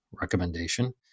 recommendation